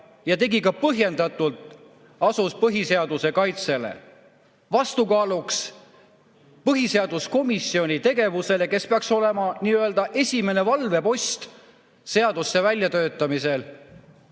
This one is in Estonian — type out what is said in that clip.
välja ja põhjendatult asus põhiseaduse kaitsele, vastukaaluks põhiseaduskomisjoni tegevusele, kes peaks olema esimene valvepost seaduste väljatöötamisel.